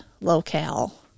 locale